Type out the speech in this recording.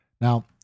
Now